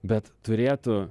bet turėtų